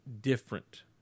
different